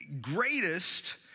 greatest